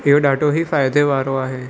इहो ॾाढो ई फ़ाइदे वारो आहे